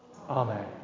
Amen